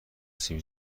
سیب